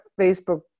Facebook